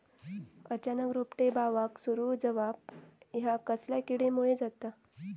अचानक रोपटे बावाक सुरू जवाप हया कसल्या किडीमुळे जाता?